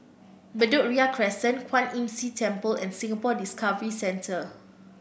Bedok Ria Crescent Kwan Imm See Temple and Singapore Discovery Centre